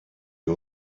you